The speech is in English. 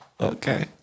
Okay